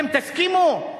אתם תסכימו?